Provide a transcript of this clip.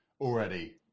already